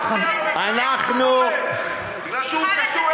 אתם לא מתביישים.